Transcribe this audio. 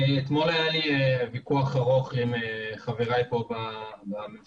אתמול היה לי ויכוח ארוך עם חבריי פה בממשלה,